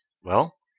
well?